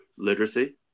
literacy